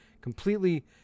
completely